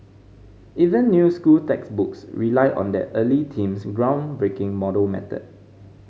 even new school textbooks rely on that early team's groundbreaking model method